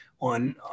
on